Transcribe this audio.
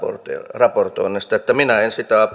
raportoinnista minä en sitä